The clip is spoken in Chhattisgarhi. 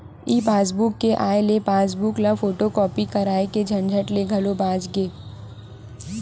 ई पासबूक के आए ले पासबूक ल फोटूकापी कराए के झंझट ले घलो बाच गे